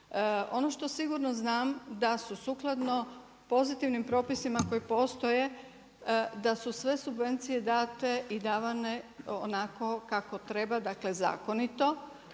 Ono što sigurno znam da su sukladno pozitivnim propisima koji postoje da su sve subvencije date i davane onako kako treba, dakle zakonito.